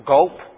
Gulp